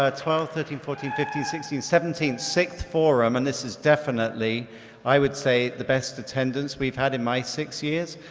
ah twelve, thirteen, fourteen, fifteen, sixteen, seventeen, sixth forum and this is definitely i would say the best attendance we've had in my six years.